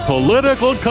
Political